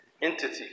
entity